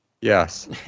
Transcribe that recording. Yes